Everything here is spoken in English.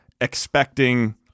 expecting